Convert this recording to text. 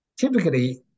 Typically